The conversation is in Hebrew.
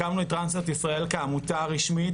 הקמנו את טרנסיות ישראל כעמותה רשמית,